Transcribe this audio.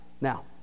Now